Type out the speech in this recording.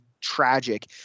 tragic